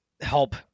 help